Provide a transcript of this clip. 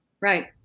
right